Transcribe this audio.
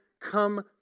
come